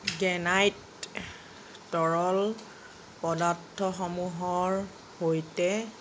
granite তৰল পদাৰ্থ সমূহৰ সৈতে